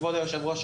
כבוד היושב-ראש,